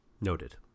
Noted